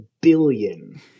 billion